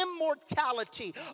immortality